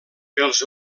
els